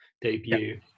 debut